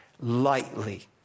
lightly